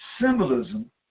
symbolism